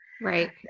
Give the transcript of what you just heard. Right